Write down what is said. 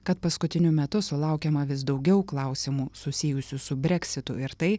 kad paskutiniu metu sulaukiama vis daugiau klausimų susijusių su breksitu ir tai